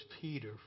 Peter